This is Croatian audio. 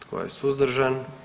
Tko je suzdržan?